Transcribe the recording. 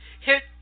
hit